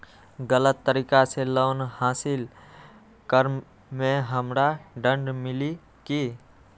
गलत तरीका से लोन हासिल कर्म मे हमरा दंड मिली कि?